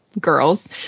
girls